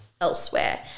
Elsewhere